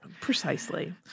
Precisely